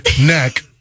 neck